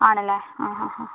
ആണല്ലേ ആ ഹാ ഹാ